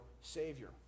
Savior